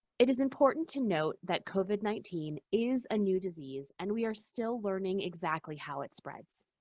it is important to note that covid nineteen is a new disease, and we are still learning exactly how it spreads.